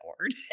word